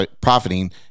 profiting